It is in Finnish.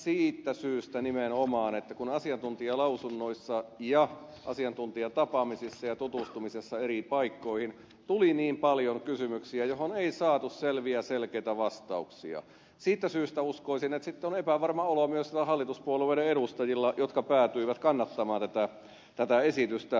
siitä syystä nimenomaan että asiantuntijalausunnoissa ja asiantuntijatapaamisissa ja tutustumisissa eri paikkoihin tuli niin paljon kysymyksiä joihin ei saatu selviä selkeitä vastauksia uskoisin että epävarma olo on myös hallituspuolueiden edustajilla jotka päätyivät kannattamaan tätä esitystä